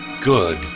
good